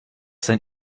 sein